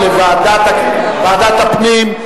הלוואה והשתתפות בהחזרים לרוכשי דירה ראשונה),